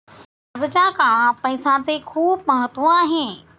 आजच्या काळात पैसाचे खूप महत्त्व आहे